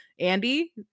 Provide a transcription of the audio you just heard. andy